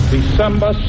December